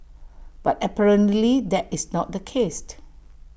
but apparently that is not the case